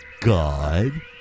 God